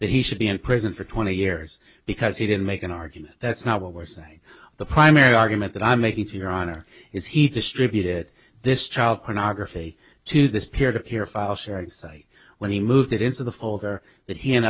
that he should be in prison for twenty years because he didn't make an argument that's not what we're saying the primary argument that i'm making to your honor is he distributed this child pornography to this peer to peer file sharing site when he moved it into the folder